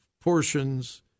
portions